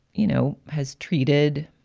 you know, has treated.